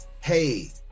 hey